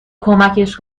کمکش